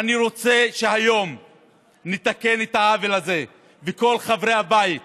ואני רוצה שהיום נתקן את העוול הזה וכל חברי הבית